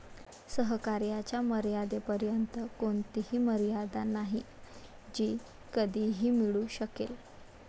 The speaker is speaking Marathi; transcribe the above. सहकार्याच्या मर्यादेपर्यंत कोणतीही मर्यादा नाही जी कधीही मिळू शकेल